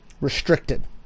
Restricted